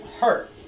hurt